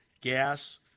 gas